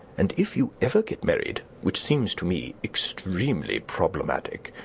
and if you ever get married, which seems to me extremely problematic,